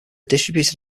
distributed